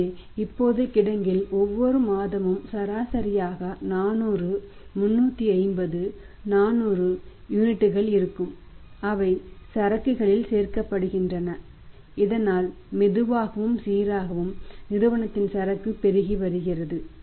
எனவே இப்போது கிடங்கில் ஒவ்வொரு மாதமும் சராசரியாக 400 350 400 யூனிட்கள் இருக்கும் அவை சரக்குகளில் சேர்க்கப்படுகின்றன இதனால் மெதுவாகவும் சீராகவும் நிறுவனத்தின் சரக்கு பெருகி வருகிறது